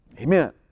Amen